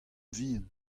vihan